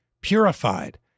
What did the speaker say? purified